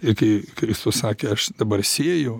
ir kai kristus sakė aš dabar sėju